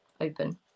open